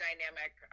Dynamic